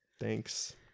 Thanks